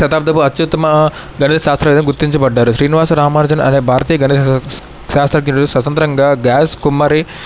శతాబ్దపు అత్యుత్తమ గణిత శాస్త్రవేత్తగా గుర్తించబడ్డారు శ్రీనివాస రామానుజన్ అనే భారతీయ గణిత శాస్త్ర శాస్త్రజ్ఞుడు స్వతంత్రంగా ద్యాస్ కుమ్మరి